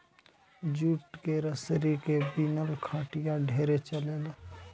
jute के रसरी के बिनल खटिया ढेरे चलेला